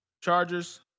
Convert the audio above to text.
Chargers